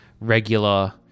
regular